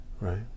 Right